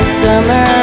summer